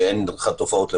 שאין לך תופעות לוואי,